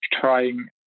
trying